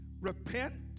Repent